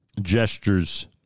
gestures